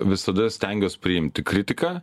visada stengiuos priimti kritiką